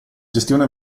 gestione